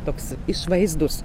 toks išvaizdus